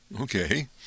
Okay